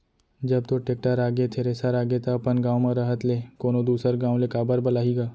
जब तोर टेक्टर आगे, थेरेसर आगे त अपन गॉंव म रहत ले कोनों दूसर गॉंव ले काबर बलाही गा?